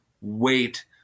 wait